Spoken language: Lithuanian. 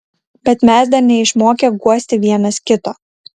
bet mes dar neišmokę guosti vienas kito